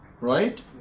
right